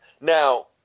Now